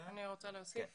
אני חושבת